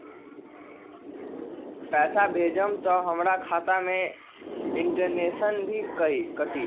पैसा भेजम त हमर खाता से इनटेशट भी कटी?